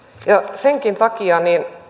senkin takia